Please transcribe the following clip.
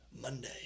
Monday